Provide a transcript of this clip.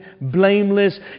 blameless